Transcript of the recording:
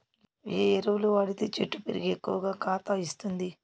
ఏ ఎరువులు వాడితే చెట్టు పెరిగి ఎక్కువగా కాత ఇస్తుంది?